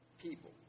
people